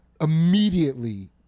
immediately